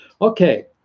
Okay